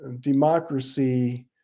democracy